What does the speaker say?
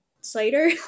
Cider